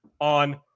on